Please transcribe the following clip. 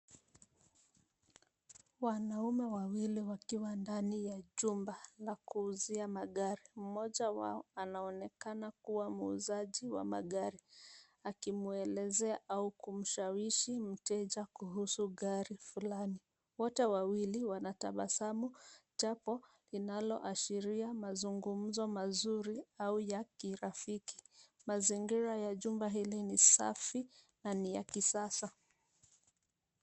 Hii ni picha ya wanaume wawili ndani ya jumba la kuonyesha magari. Mmoja anaonekana kuwa muhuzaji wa magari, akimweleza au kumshawishi mteja kuhusu gari fulani. Wanaume wote wawili wanatabasamu, jambo linaloashiria mazungumzo mazuri au ya kirafiki. Mazingira ya jumba hili ni safi na ya kisasa.